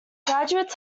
graduates